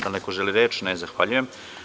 Da li neko želi reč? (Ne) Zahvaljujem.